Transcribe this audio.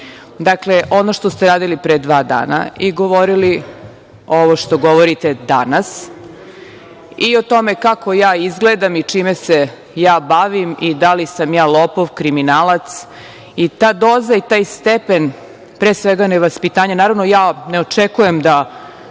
lažete. Dakle, ono što ste radili pre dva dana i govorili ovo što govorite danas i o tome kako ja izgledam i čime se bavim, da li sam lopov, kriminalac i ta doza i taj stepen, pre svega nevaspitanja, naravno, ne očekujem da